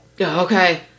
Okay